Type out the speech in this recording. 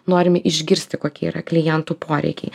norime išgirsti kokie yra klientų poreikiai